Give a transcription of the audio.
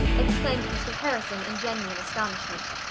exclaimed mr. harrison in genuine astonishment,